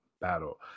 Battle